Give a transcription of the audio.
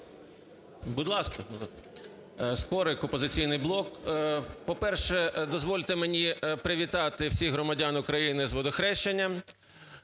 Будь ласка. Скорик, "Опозиційний блок". По-перше, дозвольте мені привітати всіх громадян України з Водохрещем.